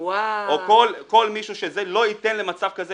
או כל מישהו ש לא ייתן למצב כזה